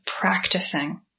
practicing